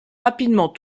rapidement